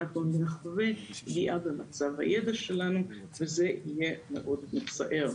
אנחנו נחווה פגיעה במצב הידע שלנו וזה יהיה מאוד מצער.